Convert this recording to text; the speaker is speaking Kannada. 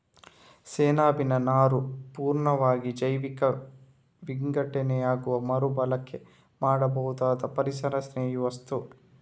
ಸೆಣಬಿನ ನಾರು ಪೂರ್ಣವಾಗಿ ಜೈವಿಕ ವಿಘಟನೆಯಾಗುವ ಮರು ಬಳಕೆ ಮಾಡಬಹುದಾದ ಪರಿಸರಸ್ನೇಹಿ ವಸ್ತು